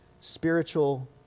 spiritual